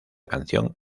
canción